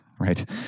right